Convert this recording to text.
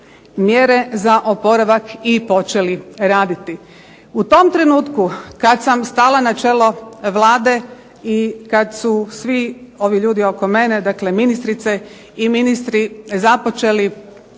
mjere za oporavak i počeli raditi. U tom trenutku kad sam stala na čelo Vlade i kad su svi ovi ljudi oko mene, dakle ministrice i ministri započeli